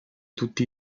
tutti